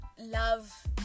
love